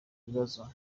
ibibazo